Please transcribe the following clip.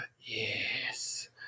Yes